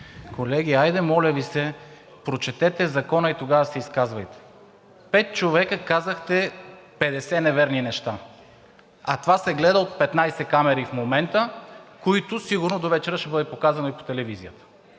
Колеги, хайде, моля Ви се, прочетете Закона и тогава се изказвайте! Пет човека казахте 50 неверни неща, а това се гледа от 15 камери в момента, като сигурно довечера ще го покажат и по телевизията.